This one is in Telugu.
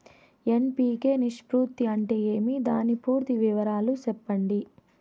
ఎన్.పి.కె నిష్పత్తి అంటే ఏమి దాని పూర్తి వివరాలు సెప్పండి?